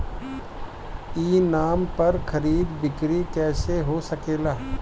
ई नाम पर खरीद बिक्री कैसे हो सकेला?